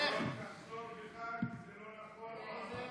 תחזור בך, כי זה לא נכון.